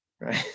right